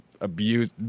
abuse